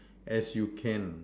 as you can